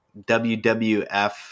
WWF